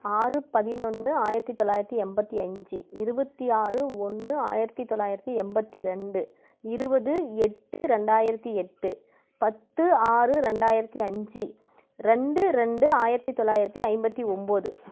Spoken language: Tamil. ஆறு பதினொன்று ஆயிரத்தி தொள்ளாயிரத்தி எண்பத்தி அஞ்சு இருபத்தி ஆறு ஒன்று ஆயிரத்தி தொள்ளாயிரத்தி எண்பத்தி ரெண்டு இருபது எட்டு ரெண்டாயிரத்தி எட்டு பத்து ஆறு ரெண்டாயிரத்தி அஞ்சு ரெண்டு ரெண்டு ஆயிரத்தி தொள்ளாயிரத்தி ஐம்பத்தி ஒம்பது